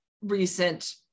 recent